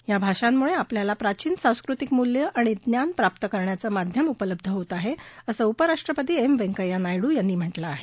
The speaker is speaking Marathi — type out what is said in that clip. या भाषांमुळे आपल्याला प्राचीन सांस्कृतिक मूल्य ज्ञान प्राप्त करण्याचं माध्यम उपलब्ध होत आहे असं उपराष्ट्रपती एम व्यंकय्या नायडू यांनी म्हटलं आहे